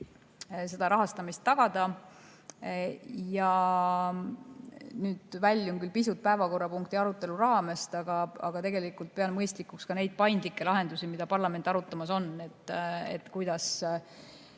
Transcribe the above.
seda rahastamist tagada. Ja nüüd ma väljun küll pisut päevakorrapunkti arutelu raamest, aga [ütlen, et] tegelikult ma pean mõistlikuks ka neid paindlikke lahendusi, mida parlament arutab, et kuidas